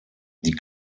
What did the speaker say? die